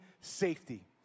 safety